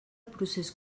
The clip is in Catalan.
procés